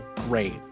great